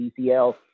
DCL